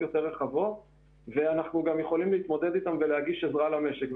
רחבות יותר שאנחנו יכולים להתמודד איתם ולהגיש עזרה למשק.